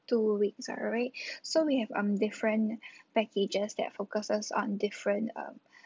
two weeks alright so we have um different packages that focuses on different um